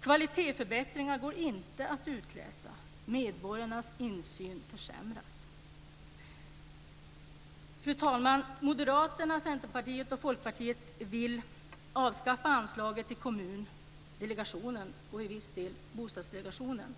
Kvalitetsförbättringar går inte att utläsa. Medborgarnas insyn försämras. Fru talman! Moderaterna, Centerpartiet och Folkpartiet vill avskaffa anslaget till Kommundelegationen och till viss del Bostadsdelegationen.